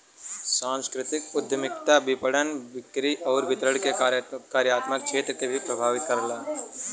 सांस्कृतिक उद्यमिता विपणन, बिक्री आउर वितरण के कार्यात्मक क्षेत्र के भी प्रभावित करला